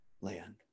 land